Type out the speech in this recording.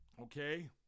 okay